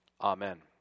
Amen